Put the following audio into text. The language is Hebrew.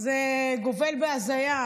גובל בהזיה.